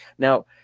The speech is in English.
Now